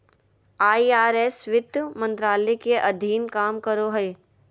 IRS वित्त मंत्रालय के अधीन काम करो हय